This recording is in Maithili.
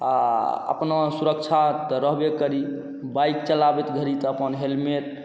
आ अपना सुरक्षा तऽ रहबे करी बाइक चलाबैत घड़ी तऽ अपन हेलमेट